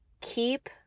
keep